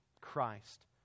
Christ